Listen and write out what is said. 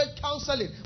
counseling